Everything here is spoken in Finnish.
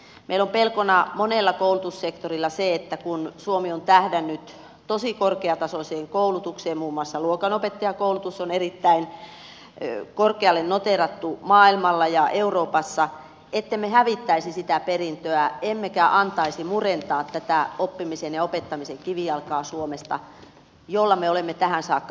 meillä on pelkona monella koulutussektorilla se että kun suomi on tähdännyt tosi korkeatasoiseen koulutukseen muun muassa luokanopettajakoulutus on erittäin korkealle noteerattu maailmalla ja euroopassa et temme hävittäisi sitä perintöä emmekä antaisi murentaa tätä oppimisen ja opettamisen kivijalkaa suomesta jolla me olemme tähän saakka pärjänneet